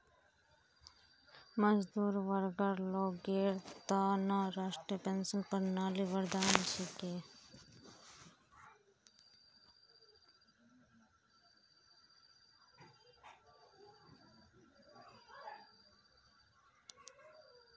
मजदूर वर्गर लोगेर त न राष्ट्रीय पेंशन प्रणाली वरदान छिके